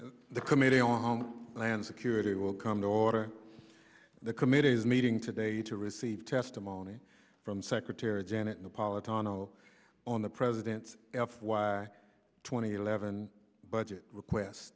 the committee on home land security will come to order the committee's meeting today to receive testimony from secretary janet napolitano on the president's f y twenty eleven budget requests